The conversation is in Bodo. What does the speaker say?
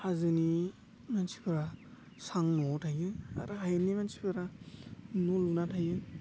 हाजोनि मानसिफोरा सां न'आव थायो आरो हायेननि मानसिफोरा न' लुना थायो